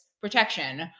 protection